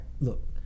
look